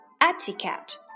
Etiquette